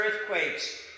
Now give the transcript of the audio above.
earthquakes